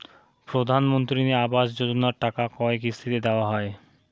প্রধানমন্ত্রী আবাস যোজনার টাকা কয় কিস্তিতে দেওয়া হয়?